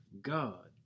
God